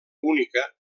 única